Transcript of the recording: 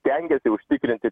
stengiasi užtikrinti